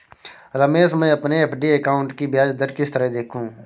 रमेश मैं अपने FD account की ब्याज दर किस तरह देखूं?